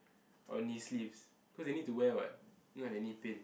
or knee sleeves cause they need to wear [what] or not their knee pain